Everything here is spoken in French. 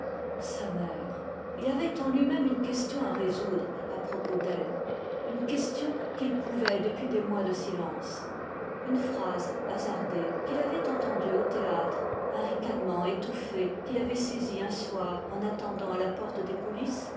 sa mère il avait en lui-même une question à résoudre à propos d'elle une question qu'il couvait depuis des mois de silence une phrase hasardée qu'il avait entendue au théâtre un ricanement étouffé qu'il avait saisi un soir en attendant à la porte des coulisses